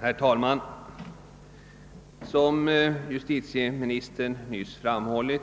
Herr talman! Som justitieministern framhållit